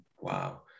Wow